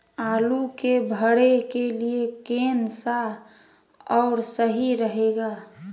आलू के भरे के लिए केन सा और सही रहेगा?